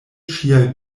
ŝiaj